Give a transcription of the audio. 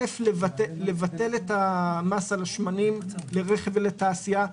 ראשית, לבטל את המס על השמנים לרכב ולתעשייה.